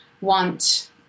want